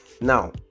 now